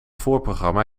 voorprogramma